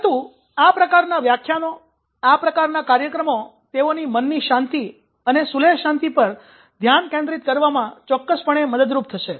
પરંતુ આ પ્રકારના વ્યાખ્યાનો આ પ્રકારનાં કાર્યક્રમો તેઓની મનની શાંતિ અને સુલેહ શાંતિ પર ધ્યાન કેન્દ્રિત કરવામાં ચોક્કસપણે મદદરુપ થશે